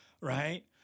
right